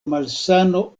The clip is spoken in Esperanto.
malsano